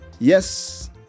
Yes